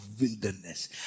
wilderness